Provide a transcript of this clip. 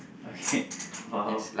okay !wow!